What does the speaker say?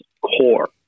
core